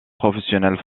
professionnels